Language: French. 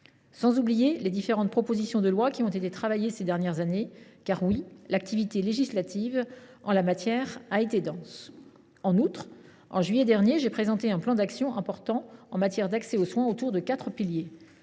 pas les différentes propositions de loi qui ont été élaborées ces dernières années, mais le fait est que l’activité législative en la matière a été dense. Enfin, en juillet dernier, j’ai présenté un plan d’action important en matière d’accès aux soins, fondé sur quatre piliers